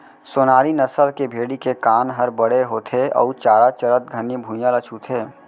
सोनारी नसल के भेड़ी के कान हर बड़े होथे अउ चारा चरत घनी भुइयां ल छूथे